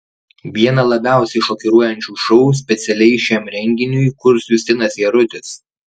vieną labiausiai šokiruojančių šou specialiai šiam renginiui kurs justinas jarutis